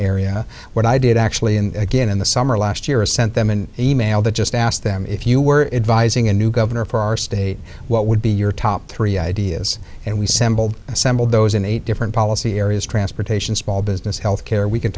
area what i did actually in again in the summer last year or sent them an e mail that just asked them if you were advising a new governor for our state what would be your top three ideas and we sampled assembled those in eight different policy areas transportation small business health care we c